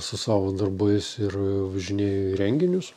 su savo darbais ir važinėju į renginius